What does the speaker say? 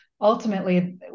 ultimately